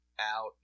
out